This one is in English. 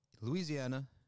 Louisiana